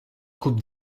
coupe